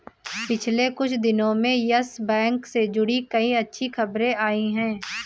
पिछले कुछ दिनो में यस बैंक से जुड़ी कई अच्छी खबरें आई हैं